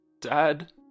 Dad